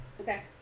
Okay